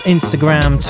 Instagram